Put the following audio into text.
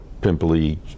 pimply